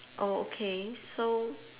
oh okay so